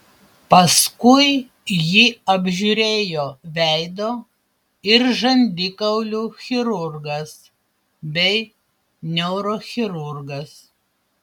paskui jį apžiūrėjo veido ir žandikaulių chirurgas bei neurochirurgas